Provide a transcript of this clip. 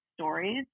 stories